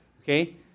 Okay